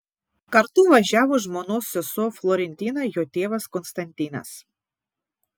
kartu važiavo žmonos sesuo florentina jo tėvas konstantinas